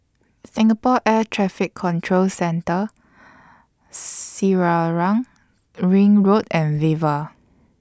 Singapore Air Traffic Control Centre Selarang Ring Road and Viva